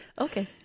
Okay